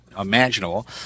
imaginable